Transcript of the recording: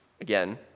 again